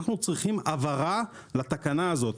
אנחנו צריכים הבהרה לתקנה הזאת.